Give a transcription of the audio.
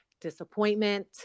disappointment